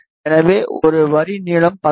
எனவே ஒரு வரி நீளம் 16